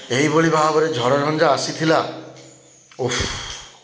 ଏହିଭଳି ଭାବରେ ଝଡ଼ ଝଞ୍ଜା ଆସିଥିଲା